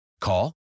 Call